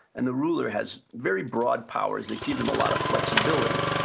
and the ruler has very broad powers that give him a lot of flexibility.